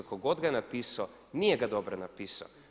Tko god ga je napisao nije ga dobro napisao.